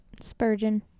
Spurgeon